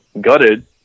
gutted